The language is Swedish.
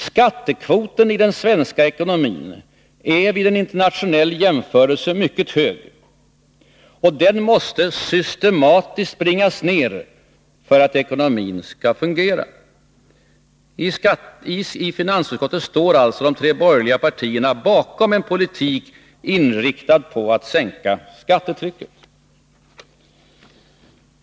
Skattekvoten i den svenska ekonomin är vid en internationell jämförelse mycket hög, och den måste systematiskt bringas ned för att ekonomin skall fungera.” I finansutskottet står alltså de tre borgerliga partierna bakom en politik inriktad på att sänka skattetrycket.